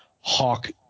Hawk